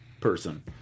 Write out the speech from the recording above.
person